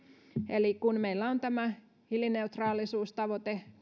eli kun meillä on tämä hiilineutraalisuustavoite